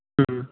ꯎꯝ